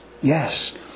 Yes